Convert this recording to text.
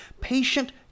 patient